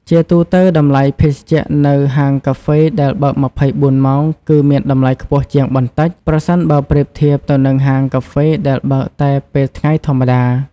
ជាទូទៅ តម្លៃភេសជ្ជៈនៅហាងកាហ្វេដែលបើក ២៤ ម៉ោងគឺ មានតម្លៃខ្ពស់ជាងបន្តិច ប្រសិនបើប្រៀបធៀបទៅនឹងហាងកាហ្វេដែលបើកតែពេលថ្ងៃធម្មតា។